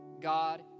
God